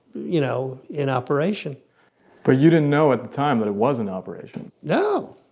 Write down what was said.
you know, in operation but you didn't know at the time that it was in operation no!